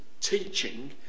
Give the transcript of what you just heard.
teaching